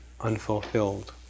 unfulfilled